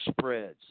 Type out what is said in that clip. Spreads